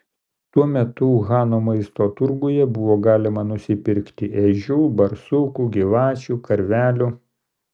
tuo metu uhano maisto turguje buvo galima nusipirkti ežių barsukų gyvačių karvelių